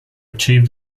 achieve